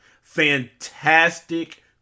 Fantastic